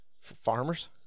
Farmers